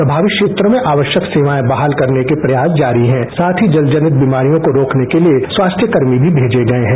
प्रभावित क्षेत्रों में आवश्यक सेवाएं बहाल करने के प्रयास जारी हैं साथ ही जल जनित बिमारियों को रोकने के लिए स्वास्थ्यकर्मी भी भेजे गए हैं